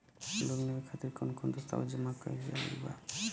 Loan लेवे खातिर कवन कवन दस्तावेज जमा कइल जरूरी बा?